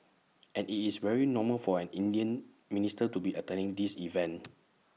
and IT is very normal for an Indian minister to be attending this event